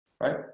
right